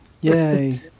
Yay